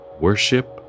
Worship